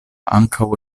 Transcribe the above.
ankaŭ